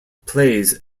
plays